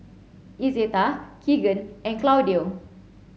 Izetta Kegan and Claudio